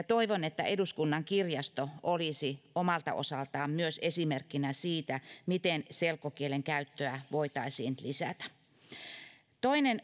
toivon että eduskunnan kirjasto olisi omalta osaltaan myös esimerkkinä siitä miten selkokielen käyttöä voitaisiin lisätä toinen